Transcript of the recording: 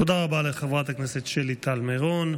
תודה רבה לחברת הכנסת שלי טל מירון.